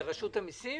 לרשות המיסים?